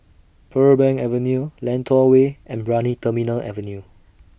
Pearl Bank Avenue Lentor Way and Brani Terminal Avenue